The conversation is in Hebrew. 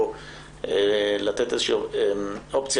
או לתת אופציה,